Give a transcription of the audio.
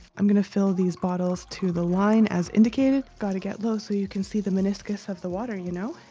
i'm gonna fill these bottles to the line as indicated. gotta get low so you can see the meniscus of the water, you know?